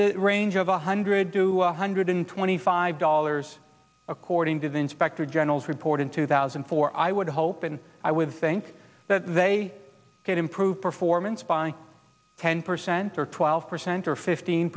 the range of one hundred to one hundred twenty five dollars according to the inspector general's report in two thousand and four i would hope and i would think that they could improve performance by ten percent or twelve percent or fifteen